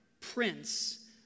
prince